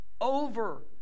over